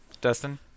Dustin